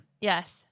Yes